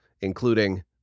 including